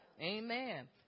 Amen